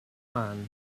man